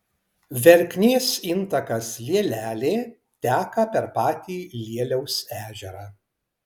verknės intakas lielelė teka per patį lieliaus ežerą